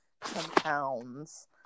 compounds